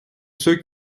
ceux